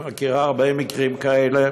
היא מכירה הרבה מקרים כאלה,